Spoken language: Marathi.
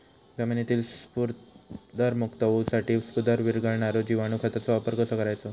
जमिनीतील स्फुदरमुक्त होऊसाठीक स्फुदर वीरघळनारो जिवाणू खताचो वापर कसो करायचो?